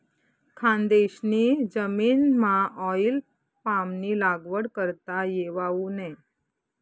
खानदेशनी जमीनमाऑईल पामनी लागवड करता येवावू नै